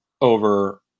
over